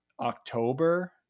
October